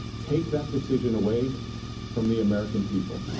take that decision away from the american people.